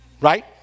right